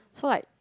so like